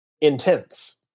intense